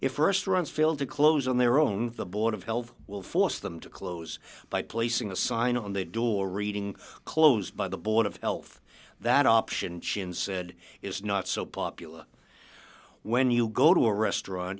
if st runs failed to close on their own the board of health will force them to close by placing a sign on the door reading closed by the board of health that option chin said is not so popular when you go to a restaurant